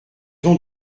ont